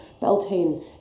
Beltane